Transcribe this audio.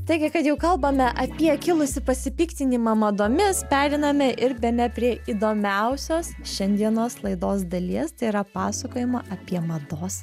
taigi kad jau kalbame apie kilusį pasipiktinimą madomis pereiname ir bene prie įdomiausios šiandienos laidos dalies tai yra pasakojimą apie mados